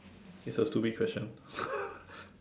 it's a stupid question